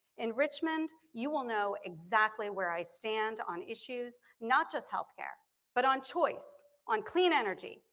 in richmond you will know exactly where i stand on issues not just health care but on choice, on clean energy,